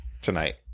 tonight